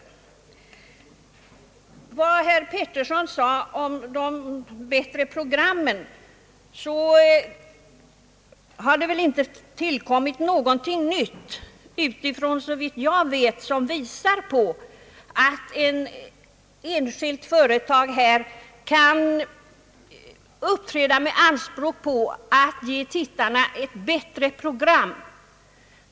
Beträffande vad herr Eric Gustaf Peterson sade om de bättre programmen vill jag framhålla, att det inte framkommit någonting nytt, enligt vad jag vet, som visar på att ett enskilt företag här kan uppträda med anspråk på att ge tittarna ett bättre program.